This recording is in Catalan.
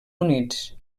units